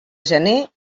gener